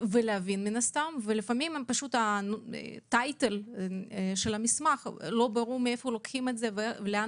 מדובר ולפעמים מכותרת המסמך לא ברור מאיפה לוקחים ולאן